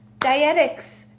Dietics